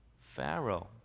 Pharaoh